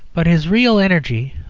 but his real energy,